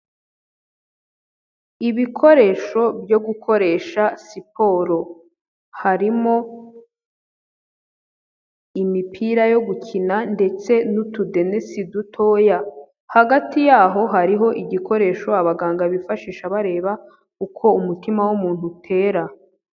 Ibikoresho byo gukoresha siporo, harimo imipira yo gukina ndetse n'utudenesi dutoya, hagati yaho hariho igikoresho abaganga bifashisha bareba uko umutima w'umuntu utera.